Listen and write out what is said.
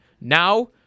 Now